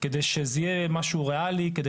על מנת שזה יהיה משהו ריאלי וגם כדי